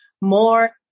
more